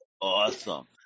awesome